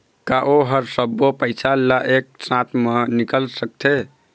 का ओ हर सब्बो पैसा ला एक साथ म निकल सकथे?